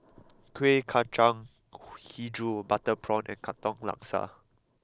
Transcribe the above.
Kuih Kacang HiJau Butter Prawn and Katong Laksa